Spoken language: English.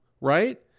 right